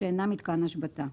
שאינם מיתקן השבתה.